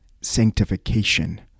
sanctification